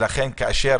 ולכן כאשר